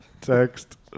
text